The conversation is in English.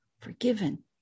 forgiven